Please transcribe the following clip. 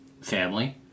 family